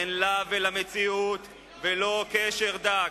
אין לה ולמציאות ולו קשר דק.